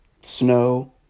snow